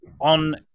on